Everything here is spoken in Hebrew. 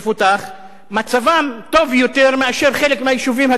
מצבם טוב יותר מזה של חלק מהיישובים הדרוזיים שמשרתים בצבא,